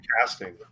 casting